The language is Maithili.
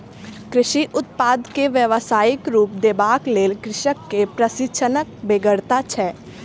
कृषि उत्पाद के व्यवसायिक रूप देबाक लेल कृषक के प्रशिक्षणक बेगरता छै